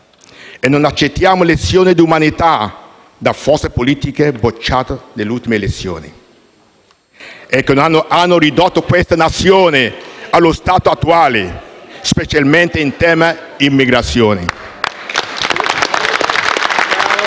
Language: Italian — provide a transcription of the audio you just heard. e non accettiamo lezioni di umanità da forze politiche bocciate alle urne dagli elettori e che hanno ridotto questa Nazione allo stato attuale, specialmente in tema immigrazione.